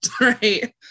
right